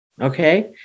Okay